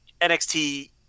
NXT